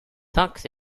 tux